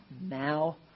now